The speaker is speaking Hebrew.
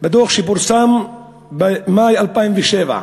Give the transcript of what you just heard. בדוח שפורסם במאי 2007,